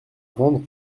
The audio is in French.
vendre